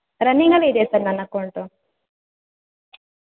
ರನ್ನಿಂಗಲ್ಲೇ ಇದೆ ಸರ್ ನನ್ನ ಅಕೌಂಟು